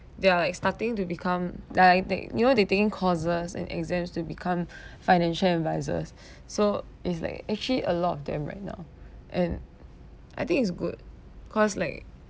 they are like starting to become like like you know they're taking courses and exams to become financial advisers so it's like actually a lot of them right now and I think it's good cause like